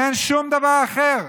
אין שום דבר אחר.